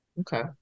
Okay